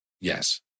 yes